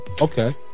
Okay